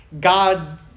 God